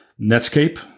Netscape